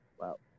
Wow